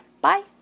Bye